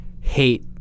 hate